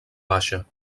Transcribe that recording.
baixa